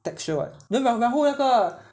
texture [what] then 然然后那个